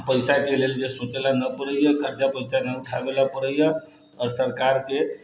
पैसाके लेल जे सोचै लए नहि पड़ैए हैब नहि खर्चा बर्चा उठाबै लए पड़ैए आओर सरकारके